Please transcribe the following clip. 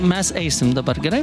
mes eisim dabar gerai